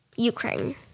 Ukraine